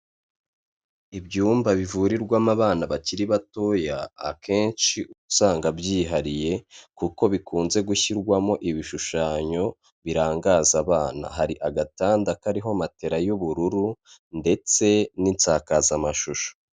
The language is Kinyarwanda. Ibyumba bivurirwamo abana bakiri batoya akenshi uba usanga byihariye kuko bikunze gushyirwamo ibishushanyo birangaza abana. Hari agatanda kariho matera y'ubururu ndetse n'insakazamashusho.